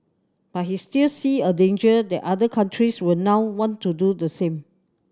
but he still see a danger that other countries will now want to do the same